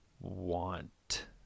want